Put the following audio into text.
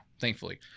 thankfully